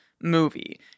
movie